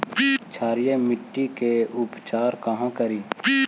क्षारीय मिट्टी के उपचार कहा करी?